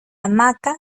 hamaca